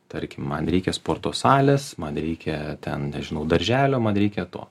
tarkim man reikia sporto salės man reikia ten nežinau darželio man reikia to